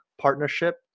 partnership